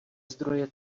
zdroje